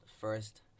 first